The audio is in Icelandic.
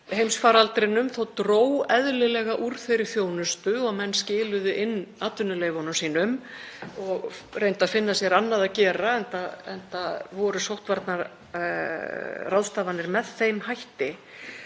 heimsfaraldrinum dró eðlilega úr þeirri þjónustu og menn skiluðu inn atvinnuleyfunum sínum og reyndu að finna sér annað að gera enda voru sóttvarnaráðstafanir með þeim hætti.